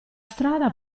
strada